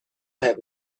have